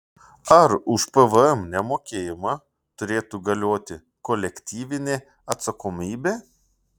ar už pvm nemokėjimą turėtų galioti kolektyvinė atsakomybė